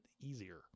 easier